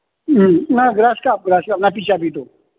ꯎꯝ ꯉꯥ ꯒ꯭ꯔꯥꯁ ꯀꯥꯞ ꯒ꯭ꯔꯥꯁ ꯀꯥꯞ ꯅꯥꯄꯤ ꯆꯥꯕꯤꯗꯣ